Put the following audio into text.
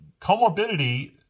comorbidity